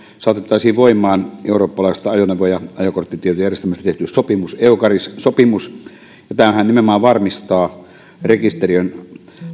saatettaisiin voimaan eurooppalaisesta ajoneuvo ja ajokorttitietojärjestelmästä tehty sopimus eucaris sopimus tämähän nimenomaan varmistaa rekisterin